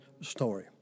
story